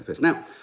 Now